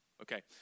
Okay